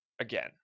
again